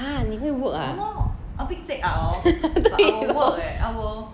!huh! 你会 work ah 对 lor